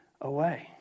away